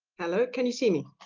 hello can you see me?